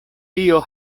tio